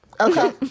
Okay